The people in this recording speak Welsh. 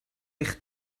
eich